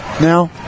now